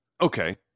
okay